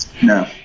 No